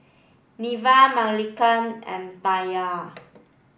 Neva Marcelina and Taniyah